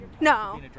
No